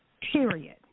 period